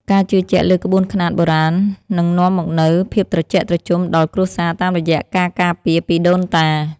ការជឿជាក់លើក្បួនខ្នាតបុរាណនឹងនាំមកនូវភាពត្រជាក់ត្រជុំដល់គ្រួសារតាមរយៈការការពារពីដូនតា។